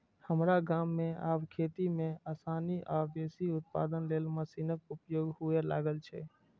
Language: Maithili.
हमरा गाम मे आब खेती मे आसानी आ बेसी उत्पादन लेल मशीनक उपयोग हुअय लागल छै